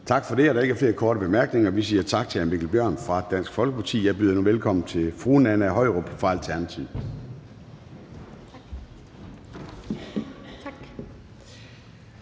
Tak for det. Der er ikke flere korte bemærkninger. Vi siger tak til hr. Mikkel Bjørn fra Dansk Folkeparti. Jeg byder nu velkommen til fru Nanna Høyrup fra Alternativet.